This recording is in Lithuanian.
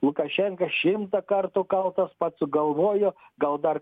lukašenka šimtą kartų kaltas pats sugalvojo gal dar